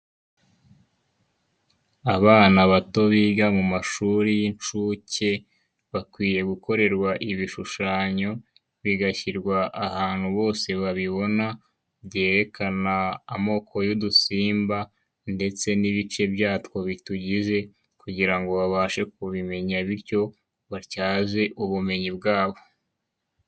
Abana bato biga mu mashuri y'inshuke, bakwiye gukorerwa ibishushanyo, bigashyirwa ahantu bose babibona, byerekana amoko y'udusimba ndetse n'ibice byatwo bitugize, kugira ngo babashe kubimenya bityo batyaze ubumenyi bwabo.